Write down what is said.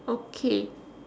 okay